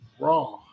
raw